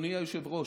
אדוני היושב-ראש,